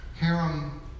harem